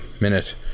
minute